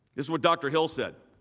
is what dr. hill said.